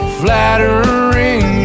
flattering